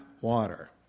water